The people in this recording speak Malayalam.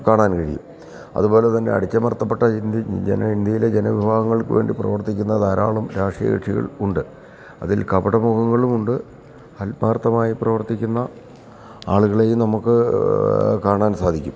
കാണാൻ കഴിയും അതുപോലെ തന്നെ അടിച്ചമർത്തപ്പെട്ട ഇൻഡ്യയിലെ ജനവിഭാഗങ്ങൾക്കുവേണ്ടി പ്രവർത്തിക്കുന്ന ധാരാളം രാഷ്ട്രീയകക്ഷികൾ ഉണ്ട് അതിൽ കപട മുഖങ്ങളുമുണ്ട് ആത്മാർഥമായി പ്രവർത്തിക്കുന്ന ആളുകളെയും നമുക്ക് കാണാൻ സാധിക്കും